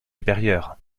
supérieures